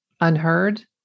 unheard